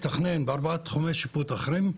על מנת לתכנן ארבעה תחומי שיפוט אחרים,